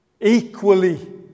equally